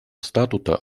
статута